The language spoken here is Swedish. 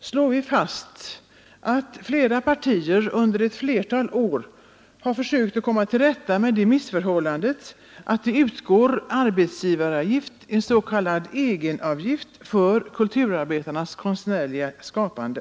slår vi fast att flera partier under många år har sökt komma till rätta med det missförhållandet att det utgår arbetsgivaravgift, s.k. egenavgift, för kulturarbetarnas konstnärliga skapande.